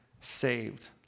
saved